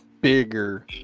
bigger